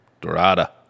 Dorada